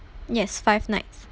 yes five nights